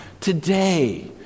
today